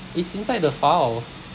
it's inside the file